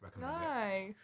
Nice